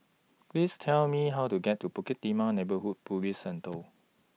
Please Tell Me How to get to Bukit Timah Neighbourhood Police Centre